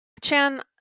Chan-